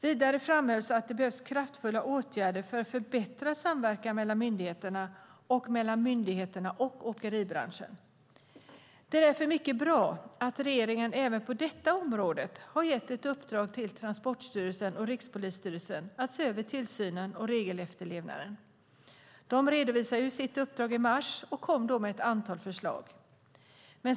Vidare framhölls att det behövs kraftfulla åtgärder för förbättrad samverkan mellan myndigheterna och mellan myndigheterna och åkeribranschen. Det är därför mycket bra att regeringen även på detta område gett ett uppdrag till Transportstyrelsen och Rikspolisstyrelsen att se över tillsynen och regelefterlevnaden. De redovisade sitt uppdrag i mars och kom då med ett antal förslag.